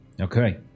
Okay